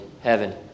heaven